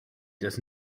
does